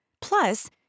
plus